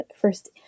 first